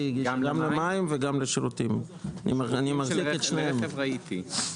לשירותים לרכב ראיתי.